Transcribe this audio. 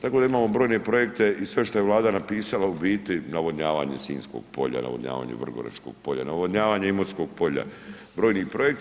Tako da imamo brojne projekte i sve što je Vlada napisala u biti, navodnjavanje Sinjskog polja, navodnjavanje Vrgoračkog polja, navodnjavanje Imotskog polja, brojni projekti.